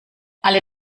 alle